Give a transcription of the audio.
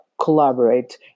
collaborate